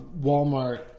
Walmart